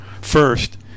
first